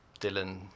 Dylan